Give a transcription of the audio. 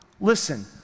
Listen